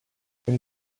and